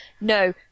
No